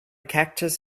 cactus